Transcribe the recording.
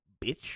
bitch